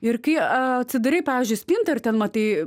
ir kai atsidarai pavyzdžiui spintą ir ten matai